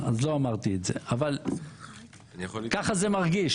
אז לא אמרתי את זה אבל ככה זה מרגיש.